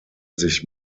sich